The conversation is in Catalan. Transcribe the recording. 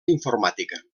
informàtica